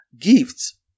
gifts